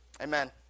amen